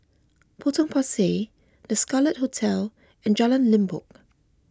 Potong Pasir the Scarlet Hotel and Jalan Limbok